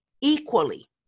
equally